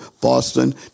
Boston